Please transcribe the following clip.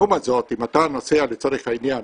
לעומת זאת אם אתה נוסע, לצורך העניין,